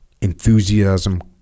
enthusiasm